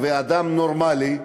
ואדם נורמלי,